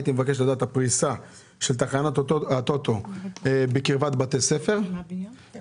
הייתי מבקש לדעת את הפריסה של תחנות הטוטו בקרבת בתי ספר ופריפריה,